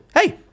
Hey